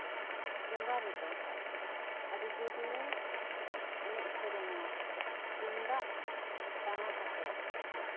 ᱵᱚᱸᱜᱟ ᱨᱮᱫᱚ ᱟᱹᱰᱤ ᱡᱳᱨ ᱞᱮ ᱮᱱᱮᱡ ᱥᱮᱨᱮᱧᱟ ᱛᱩᱢᱫᱟᱜ ᱴᱟᱢᱟᱠ ᱟᱛᱮᱫ